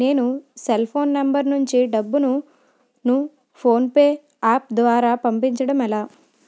నేను cell phone number నుంచి డబ్బును ను ఫోన్పే అప్ ద్వారా పంపించడం ఎలా?